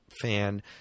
fan